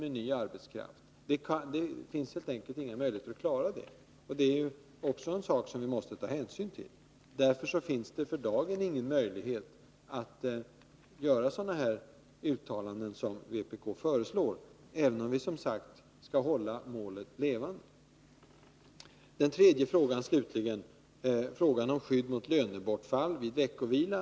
Det finns helt enkelt inga möjligheter att klara detta. Det är också en sak som vi måste ta hänsyn till. Därför finns det för dagen ingen möjlighet att göra sådana uttalanden som vpk föreslår, även om vi, som sagt, skall hålla målet levande. Slutligen den tredje frågan — frågan om skydd mot lönebortfall vid veckovila.